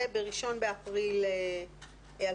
תהיה ב-1.4.2021.